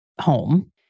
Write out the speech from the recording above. home